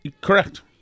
Correct